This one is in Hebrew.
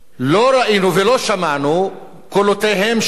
לא ראינו ולא שמענו קולותיהם של אותם